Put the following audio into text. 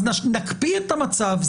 אז נקפיא את המצב.